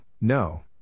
no